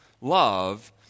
love